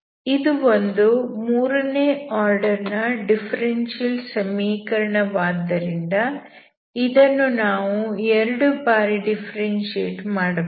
ಇದು ಒಂದು ಮೂರನೇ ಆರ್ಡರ್ ನ ಡಿಫರೆನ್ಷಿಯಲ್ ಸಮೀಕರಣ ವಾದ್ದರಿಂದ ಇದನ್ನು ನಾವು ಎರಡು ಬಾರಿ ಡಿಫ್ಫೆರೆನ್ಶಿಯೇಟ್ ಮಾಡಬಹುದು